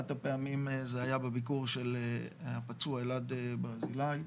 אחד הפעמים זה היה בביקור של הפצוע אלעד ברזילי,